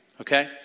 Okay